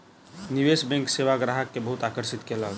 निवेश बैंक सेवा ग्राहक के बहुत आकर्षित केलक